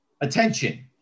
attention